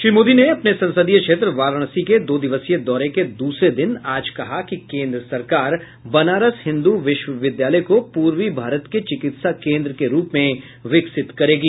श्री मोदी ने अपने संसदीय क्षेत्र वाराणसी के दो दिवसीय दौरे के दूसरे दिन आज कहा कि केन्द्र सरकार बनारस हिन्दू विश्वविद्यालय को पूर्वी भारत के चिकित्सा केन्द्र के रूप में विकसित करेगी